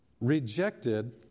rejected